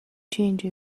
change